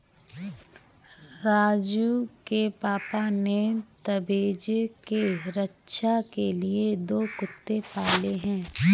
राजू के पापा ने तबेले के रक्षा के लिए दो कुत्ते पाले हैं